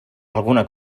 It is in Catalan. alguna